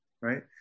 right